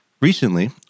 Recently